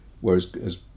Whereas